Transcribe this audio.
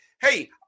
Hey